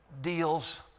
deals